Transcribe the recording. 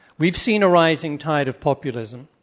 we've seen a rising tide of populism,